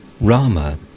Rama